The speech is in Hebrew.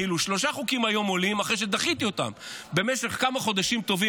שלושה חוקים היום עולים אחרי שדחיתי אותם במשך כמה חודשים טובים.